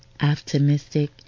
optimistic